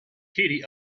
katie